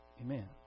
Amen